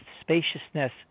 spaciousness